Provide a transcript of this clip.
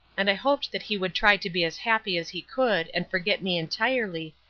and i hoped that he would try to be as happy as he could and forget me entirely,